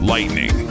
Lightning